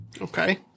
Okay